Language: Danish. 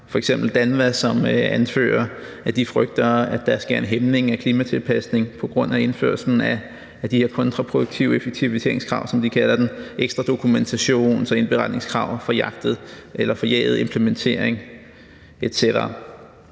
f.eks. af DANVA, som anfører, at de frygter, at der sker en hæmning af klimatilpasningen på grund af indførelsen af de her kontraproduktive effektiviseringskrav, som de kalder dem: ekstra dokumentation til indberetningskrav, forjaget implementering etc.